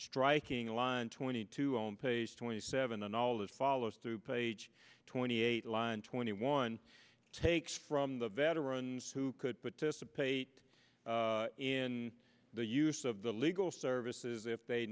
striking a line twenty two on page twenty seven and all that follows through page twenty eight line twenty one takes from the veterans who could put dissipate in the use of the legal services if they